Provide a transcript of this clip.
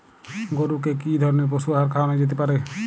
গরু কে কি ধরনের পশু আহার খাওয়ানো যেতে পারে?